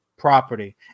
property